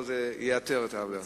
זה ייתר את הוועדה.